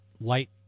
light